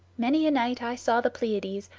many a night i saw the pleiads,